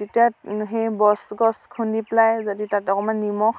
তেতিয়া সেই বচ গছ খুন্দি পেলাই যদি তাত অকণমান নিমখ